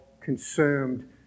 consumed